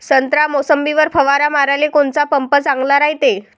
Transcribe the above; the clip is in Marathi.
संत्रा, मोसंबीवर फवारा माराले कोनचा पंप चांगला रायते?